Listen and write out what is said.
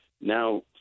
Now